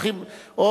או,